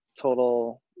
total